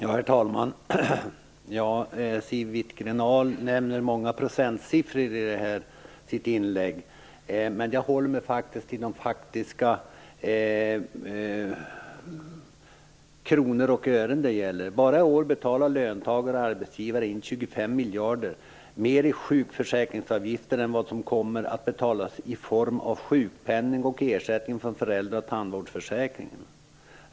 Herr talman! Siw Wittgren-Ahl nämnde många procentsiffror i sitt inlägg, men jag håller mig till de faktiska kronor och ören som det gäller. Bara i år betalar löntagare och arbetsgivare in 25 miljarder mer i sjukförsäkringsavgifter än vad som kommer att betalas i form av sjukpenning och ersättning från föräldraoch tandvårdsförsäkringen.